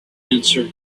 answered